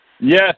Yes